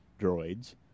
droids